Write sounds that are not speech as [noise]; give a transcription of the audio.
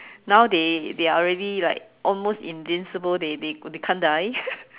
now they they are already like almost invincible they they can't die [laughs]